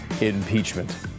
impeachment